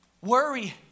Worry